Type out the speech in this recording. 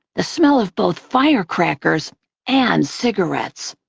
the smell of both firecrackers and cigarettes.